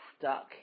stuck